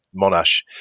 Monash